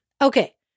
Okay